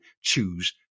choose